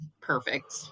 Perfect